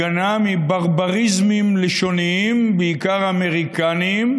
הגנה מברבריזמים לשוניים, בעיקר אמריקניים,